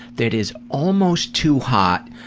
that is almost too hot,